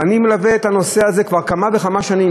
ואני מלווה את הנושא הזה כבר כמה וכמה שנים,